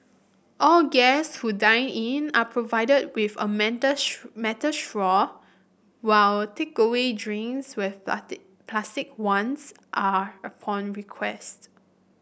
all guest who dine in are provided with a metal metal straw while takeaway drinks with plastic ones are upon request